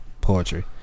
Poetry